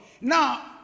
Now